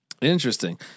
Interesting